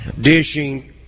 dishing